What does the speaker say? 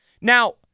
Now